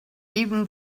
even